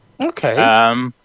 Okay